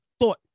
thought